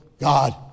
God